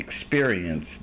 experience